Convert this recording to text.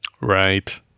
Right